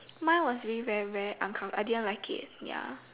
mine was really very very uncomfortable I didn't like it ya